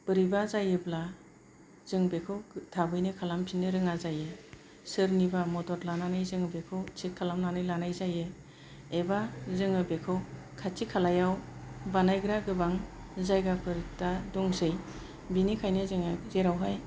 बोरैबा जायोब्ला जों बेखौ थाबैनो खालामफिननो रोङा जायो सोरनिबा मदद लानानै जों बेखौ थिख खालामनानै लानाय जायो एबा जोङो बेखौ खाथि खालायाव बानायग्रा गोबां जायगाफोर दा दंसै बिनिखायनो जोङो जेरावहाय